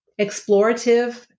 explorative